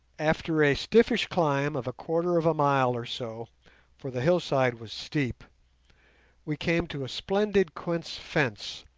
after a stiffish climb of a quarter of a mile or so for the hillside was steep we came to a splendid quince fence,